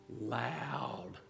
Loud